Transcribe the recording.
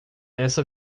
essa